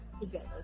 together